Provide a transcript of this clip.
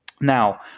Now